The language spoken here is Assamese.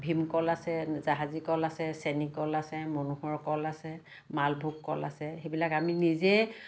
ভীম কল আছে জাহাজী কল আছে চেনি কল আছে মনোহৰ কল আছে মালভোগ কল আছে সেইবিলাক আমি নিজেই